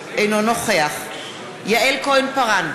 אינו נוכח יעל כהן-פארן,